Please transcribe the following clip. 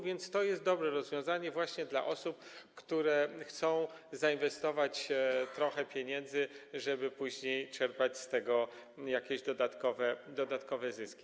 Więc to jest dobre rozwiązanie właśnie dla osób, które chcą zainwestować trochę pieniędzy, żeby później czerpać z tego jakieś dodatkowe zyski.